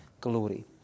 glory